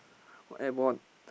what airborne